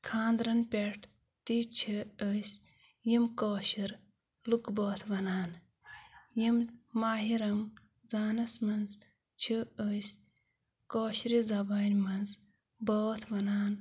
خانٛدرَن پٮ۪ٹھ تہِ چھِ أسۍ یِم کٲشِر لُکہٕ بٲتھ وَنان یِم ماہِ رمضانَس منٛز چھِ أسۍ کٲشرِ زبانہِ منٛز بٲتھ وَنان